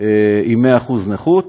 עם 100% נכות,